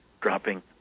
dropping